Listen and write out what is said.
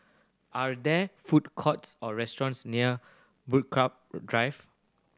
are there food courts or restaurants near Drive